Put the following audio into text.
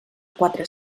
quatre